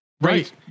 Right